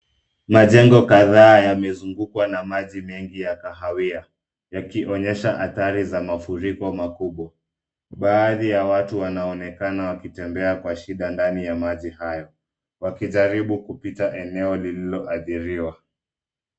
Majengo kadhaa yamezungukwa na maji mengi ya kahawia yakionyesha hadhari za mafuriko makubwa. Baadhi ya watu wanaonekana wakitembea kwa shida ndani ya maji hayo, wakijaribu kupita eneo lililoadhiriwa.